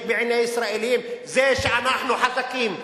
בעיני הישראלים זה ש"אנחנו חזקים".